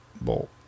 bolt